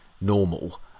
normal